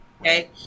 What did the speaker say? okay